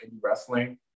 wrestling